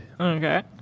Okay